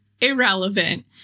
irrelevant